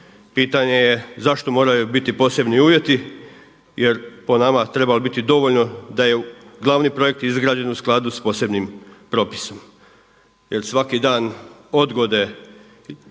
Pitanje je zašto moraju biti posebni uvjeti, jer po nama treba biti dovoljno da je glavni projekt izgrađen u skladu sa posebnim propisom. Jer svaki dan odgode